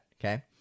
okay